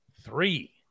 three